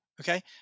Okay